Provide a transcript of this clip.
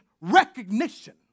recognition